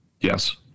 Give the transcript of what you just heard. Yes